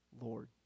Lord